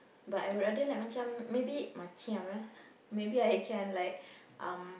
but I would rather like macam maybe macam eh maybe I can like um